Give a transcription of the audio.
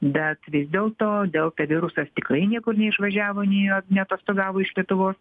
bet vis dėlto dėl virusas tikrai niekur neišvažiavo nei neatostogavo iš lietuvos